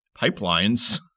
pipelines